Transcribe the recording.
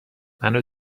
منو